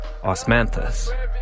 Osmanthus